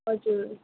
हजुर